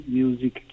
music